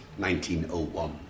1901